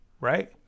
Right